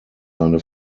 seine